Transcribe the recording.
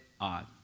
odd